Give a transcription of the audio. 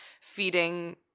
feeding